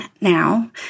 now